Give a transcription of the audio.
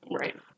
Right